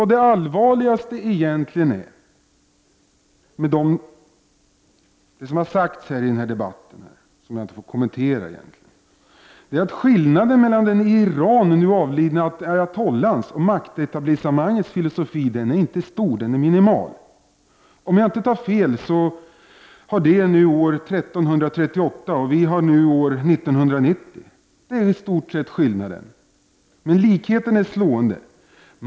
Det allvarligaste med det som har sagts i denna debatt — som jag egentligen inte får kommentera — är att skillnaden mellan den i Iran numera avlidne ayatollans och maktetablissemangets filosofi inte är stor. Den är minimal. Om jag inte tar fel har de nu år 1338, medan vi har 1990. Det är i stort sett skillnaden. Likheten är emellertid slående.